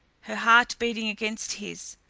her heart beating against his.